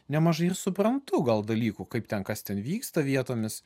nemažai ir suprantu gal dalykų kaip ten kas ten vyksta vietomis